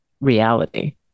reality